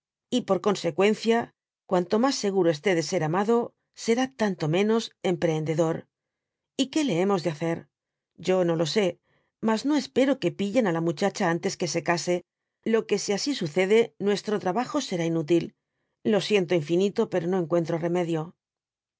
y por conseqüencia cuanto mas seguro esté de ser amado será tanto menos empreheidedor y que le hemos de hacer yo no lo sé mas no espero que pillen á la muchacha antes que se case lo que si así sucede nuestro trabajo será inútil lo siento infinito pero no encuentro remedio